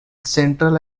central